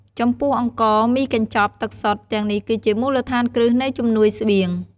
ចំពោះអង្ករ មីកញ្ចប់ ទឹកសុទ្ធ ទាំងនេះគឺជាមូលដ្ឋានគ្រឹះនៃជំនួយស្បៀង។